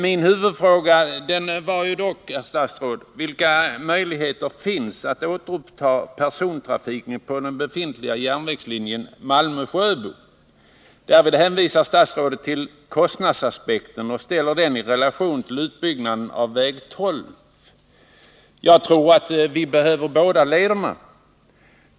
Min huvudfråga var dock, herr statsråd, vilka möjligheter som finns att återuppta persontrafiken på den befintliga järnvägslinjen Malmö-Sjöbo. 51 Därvid hänvisar statsrådet till kostnadsaspekten och ställer den i relation till en utbyggnad av väg 12. Jag tror att vi behöver båda dessa leder.